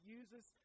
uses